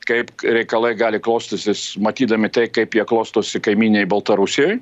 kaip reikalai gali klostysis matydami taip kaip jie klostosi kaimynėj baltarusijoj